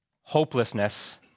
Hopelessness